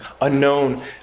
unknown